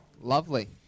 Lovely